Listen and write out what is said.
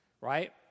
Right